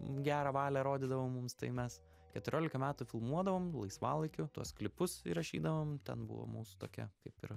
gerą valią rodydavo mums tai mes keturiolika metų filmuodavom laisvalaikiu tuos klipus įrašydavom ten buvo mūsų tokia kaip ir